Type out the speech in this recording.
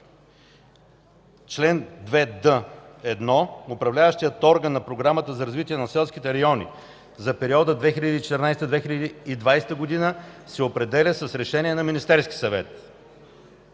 2д. (1) Управляващият орган на Програмата за развитие на селските райони за периода 2014-2020 г. се определя с решение на Министерския съвет.